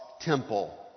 temple